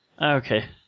Okay